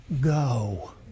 go